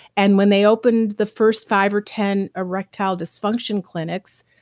and when they opened the first five or ten erectile dysfunction clinics,